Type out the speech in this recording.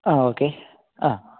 ആ ഓക്കേ ആ